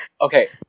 Okay